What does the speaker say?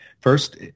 First